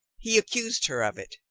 he accused her of it.